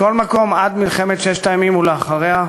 מכל מקום, עד מלחמת ששת הימים ולאחריה,